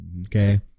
Okay